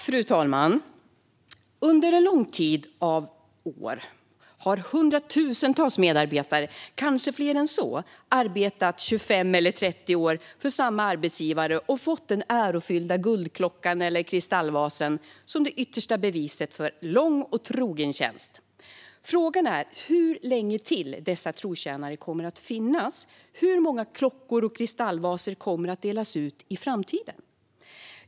Fru talman! Under en lång tid av år har hundratusentals medarbetare - kanske fler än så - arbetat 25 eller 30 år för samma arbetsgivare och fått den ärofyllda guldklockan eller kristallvasen som det yttersta beviset för lång och trogen tjänst. Frågan är hur länge till dessa trotjänare kommer att finnas. Hur många klockor och kristallvaser kommer att delas ut i framtiden?